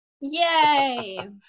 Yay